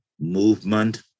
movement